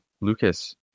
Lucas